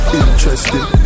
interesting